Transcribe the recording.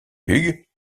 hugh